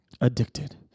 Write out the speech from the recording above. addicted